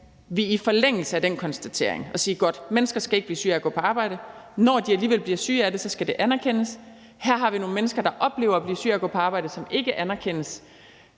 at vi i forlængelse af den konstatering må sige, at mennesker ikke skal blive syge af at gå på arbejde. Når de alligevel bliver syge af det, skal det anerkendes. Her har vi nogle mennesker, der oplever at blive syge af at gå på arbejde, hvor det ikke anerkendes.